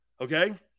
Okay